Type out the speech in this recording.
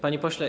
Panie Pośle!